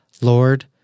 Lord